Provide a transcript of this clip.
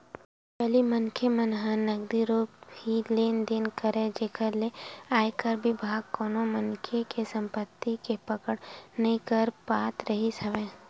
पहिली मनखे मन ह नगदी रुप ही लेन देन करय जेखर ले आयकर बिभाग कोनो मनखे के संपति के पकड़ नइ कर पात रिहिस हवय